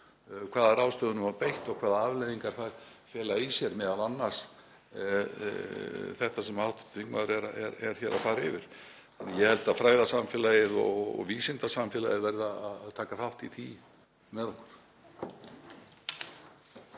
hvaða ráðstöfunum var beitt og hvaða afleiðingar þær fólu í sér, m.a. þetta sem hv. þingmaður er hér að fara yfir. Ég held að fræðasamfélagið og vísindasamfélagið verði að taka þátt í því með okkur.